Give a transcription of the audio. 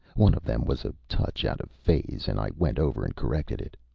one of them was a touch out of phase and i went over and corrected it.